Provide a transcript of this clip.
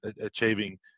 achieving